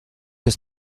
ist